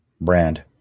brand